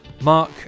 Mark